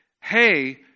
hey